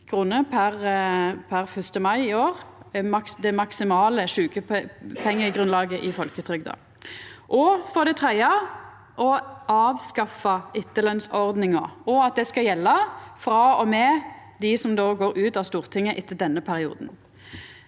kr, og er det maksimale sjukepengegrunnlaget i folketrygda – å avskaffa etterlønnsordninga, og at det skal gjelda frå og med dei som går ut av Stortinget etter denne perioden